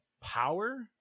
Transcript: power